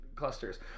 clusters